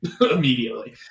immediately